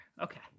Okay